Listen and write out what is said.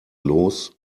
los